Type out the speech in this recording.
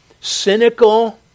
cynical